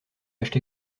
acheté